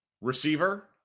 receiver